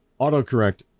autocorrect